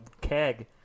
keg